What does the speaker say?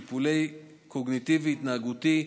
טיפול קוגניטיבי-התנהגותי,